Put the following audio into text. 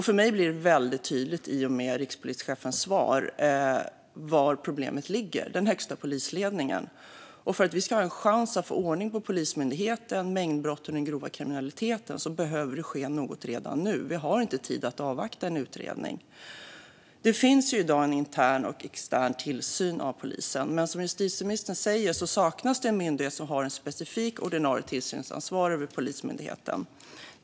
För mig blir det i och med rikspolischefens svar väldigt tydligt var problemet ligger: i den högsta polisledningen. För att vi ska ha en chans att få ordning på Polismyndigheten, mängdbrotten och den grova kriminaliteten behöver det ske något redan nu. Vi har inte tid att avvakta en utredning. Det finns i dag en intern och extern tillsyn av polisen, men som justitieministern säger saknas det en myndighet som har ett specifikt ordinarie tillsynsansvar över Polismyndigheten.